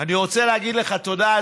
אני רוצה להגיד לך תודה,